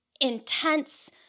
intense